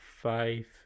five